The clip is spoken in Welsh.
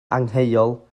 angheuol